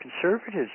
conservatives